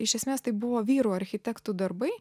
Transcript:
iš esmės tai buvo vyrų architektų darbai